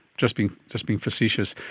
just being just being facetious.